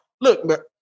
Look